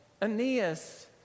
Aeneas